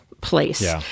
place